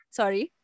sorry